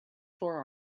tore